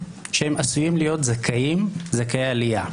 שהם עשויים להיות זכאי עלייה.